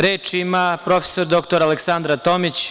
Reč ima prof. dr Aleksandra Tomić.